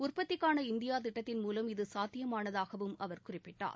உற்பத்திக்கான இந்தியா திட்டத்தின் மூலம் இது சாத்தியமானதாகவும் அவர் குறிப்பிட்டார்